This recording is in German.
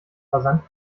rasant